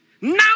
Now